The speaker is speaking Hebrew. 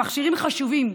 המכשירים חשובים,